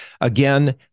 Again